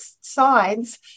sides